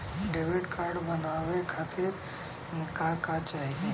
Debit card बनवावे खातिर का का चाही?